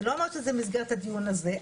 אני לא אומרת את זה במסגרת הדיון הזה,